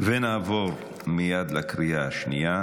נעבור מייד לקריאה השלישית.